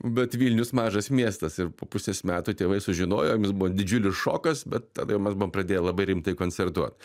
bet vilnius mažas miestas ir po pusės metų tėvai sužinojo jiems buvo didžiulis šokas bet tada jau mes buvom pradėję labai rimtai koncertuot